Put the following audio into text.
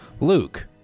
Luke